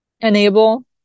enable